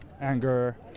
Anger